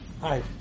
hi